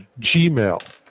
Gmail